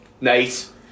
Nice